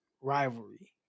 rivalry